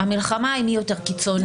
המלחמה היא מי יותר קיצוני,